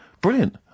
brilliant